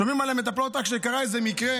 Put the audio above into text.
שומעים על המטפלות רק כשקרה איזה מקרה,